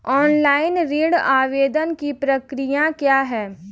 Online ऋण आवेदन की प्रक्रिया क्या है?